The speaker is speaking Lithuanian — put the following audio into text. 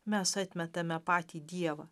mes atmetame patį dievą